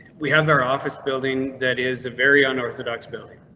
we have our office building that is a very unorthodox building.